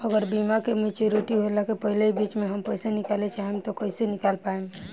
अगर बीमा के मेचूरिटि होला के पहिले ही बीच मे हम पईसा निकाले चाहेम त कइसे निकाल पायेम?